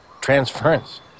transference